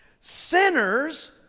Sinners